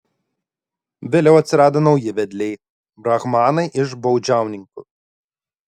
vėliau atsirado nauji vedliai brahmanai iš baudžiauninkų